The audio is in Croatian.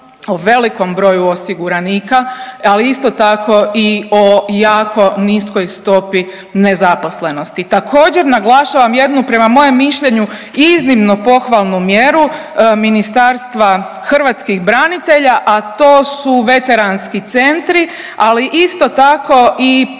o velikom broju osiguranika, ali isto tako i o jako niskoj stopi nezaposlenosti. Također naglašavam jednu prema mojem mišljenju iznimno pohvalnu mjeru Ministarstva hrvatskih branitelja, a to su veteranski centri, ali isto tako i plan